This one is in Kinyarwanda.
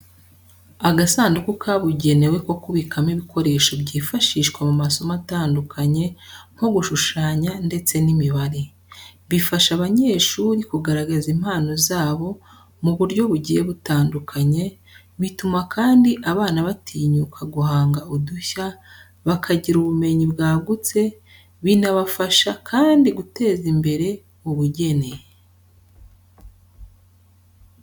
Agasanduku kabugenewe ko kubikamo ibikoresho byifashishwa mu masomo atandukanye nko gushushanya ndetse n'imibare. Bifasha abanyeshuri kugaragaza impano zabo mu buryo bugiye butandukanye, bituma kandi abana batinyuka guhanga udushya, bakagira ubumenyi bwagutse, binabafasha kandi guteza imbere ubugeni.